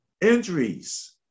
injuries